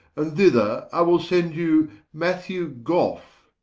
and thither i will send you mathew goffe.